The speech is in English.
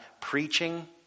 preaching